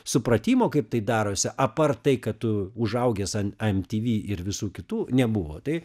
supratimo kaip tai darosi apart tai kad tu užaugęs an an ti vi ir visų kitų nebuvo tai